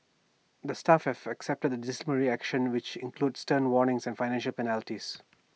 the staff have accepted the disciplinary actions which includes stern warnings and financial penalties